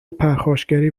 پرخاشگری